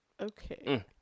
okay